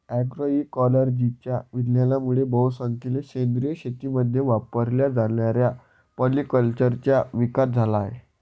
अग्रोइकोलॉजीच्या विज्ञानामुळे बहुसंख्येने सेंद्रिय शेतीमध्ये वापरल्या जाणाऱ्या पॉलीकल्चरचा विकास झाला आहे